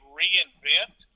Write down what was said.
reinvent